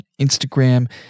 Instagram